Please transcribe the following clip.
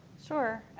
sure.